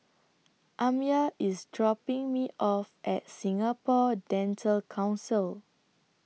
Amya IS dropping Me off At Singapore Dental Council